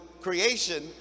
creation